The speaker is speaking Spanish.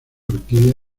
orquídea